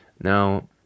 Now